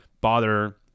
bother